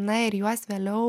na ir juos vėliau